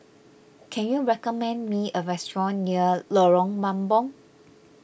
can you recommend me a restaurant near Lorong Mambong